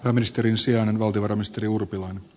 pääministerin sijainen valtiovarainministeri urpilainen